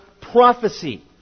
prophecy